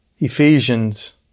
Ephesians